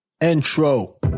Intro